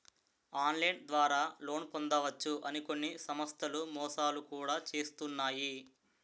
online ద్వారా loan పొందవచ్చు అని కొన్ని సంస్థలు మోసాలు కూడా చేస్తున్నాయి